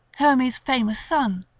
hermes' famous son.